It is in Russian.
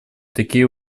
такие